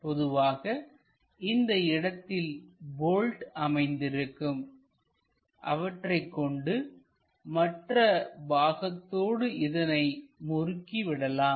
பொதுவாக இந்த இடத்தில் போல்ட் அமைந்திருக்கும் அவற்றைக் கொண்டு மற்ற பாகத்தோடு இதனை முறுக்கி விடலாம்